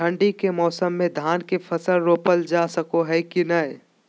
ठंडी के मौसम में धान के फसल रोपल जा सको है कि नय?